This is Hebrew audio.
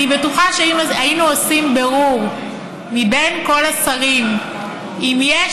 אני בטוחה שאם היינו עושים בירור מבין כל השרים אם יש